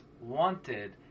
wanted